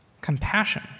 compassion